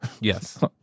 Yes